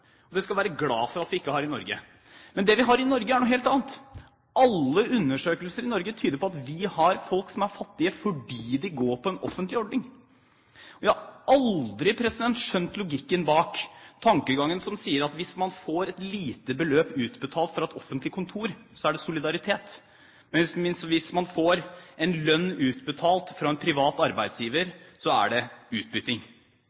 og det skal vi være glade for at vi ikke har i Norge. Men det vi har i Norge, er noe helt annet: Alle undersøkelser i Norge tyder på at vi har folk som er fattige fordi de går på en offentlig ordning. Jeg har aldri skjønt logikken bak tankegangen som sier at hvis man får et lite beløp utbetalt fra et offentlig kontor, så er det solidaritet, men hvis man får en lønn utbetalt fra en privat